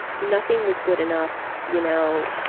nothing was good enough, you know.